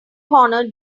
corner